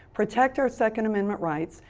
protected our second amendment rights,